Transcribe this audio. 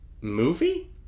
movie